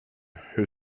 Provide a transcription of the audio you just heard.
who